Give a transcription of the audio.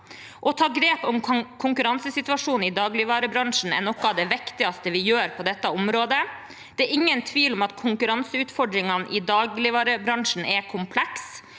Å ta grep om konkurransesituasjonen i dagligvarebransjen er noe av det viktigste vi gjør på dette området. Det er ingen tvil om at konkurranseutfordringene i dagligvarebransjen er komplekse,